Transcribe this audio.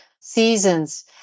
seasons